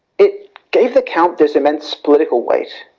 it gave the count this immense political weight,